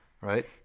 Right